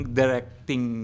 directing